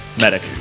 medic